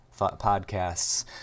podcasts